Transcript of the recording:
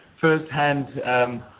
first-hand